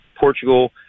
Portugal